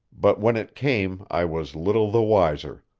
but when it came i was little the wiser.